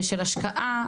ושל השקעה,